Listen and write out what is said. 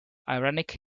ironic